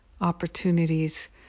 opportunities